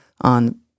on